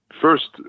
first